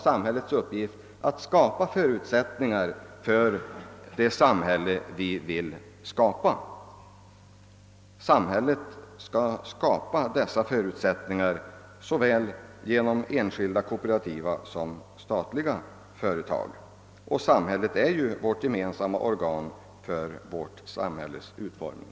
Sam hället är ju vårt gemensamma organ som skall vidtaga förutsättningsskapande åtgärder för samhällets utveckling.